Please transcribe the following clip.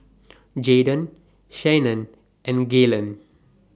Jaydon Shannan and Galen